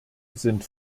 sind